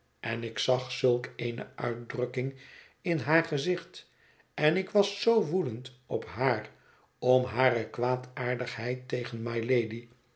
en ik zag zulk eene uitdrukking in haar gezicht en ik was zoo woedend op haar om hare kwaadaardigheid tegen